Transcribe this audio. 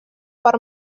per